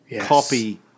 copy